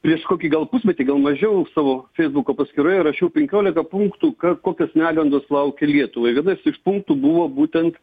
prieš kokį gal pusmetį gal mažiau savo feisbuko paskyroje rašiau penkiolika punktų kas kokios negandos laukia lietuvai vienas iš punktų buvo būtent